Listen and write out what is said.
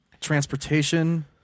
Transportation